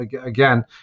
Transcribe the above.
again